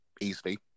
easily